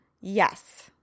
Yes